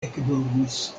ekdormis